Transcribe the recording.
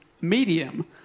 medium